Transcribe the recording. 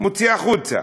הוא מוציא החוצה.